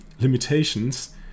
limitations